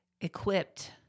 equipped